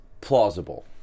plausible